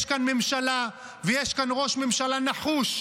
יש כאן ממשלה ויש כאן ראש ממשלה נחוש,